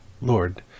Lord